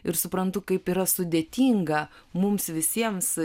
ir suprantu kaip yra sudėtinga mums visiems